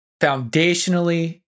foundationally